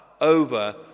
over